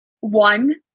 one